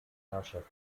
herrschaft